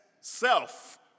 self